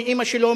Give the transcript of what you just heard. מאמא שלו,